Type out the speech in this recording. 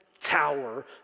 tower